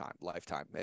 lifetime